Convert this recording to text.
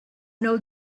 know